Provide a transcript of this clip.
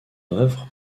œuvre